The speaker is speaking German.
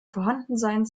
vorhandensein